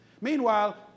Meanwhile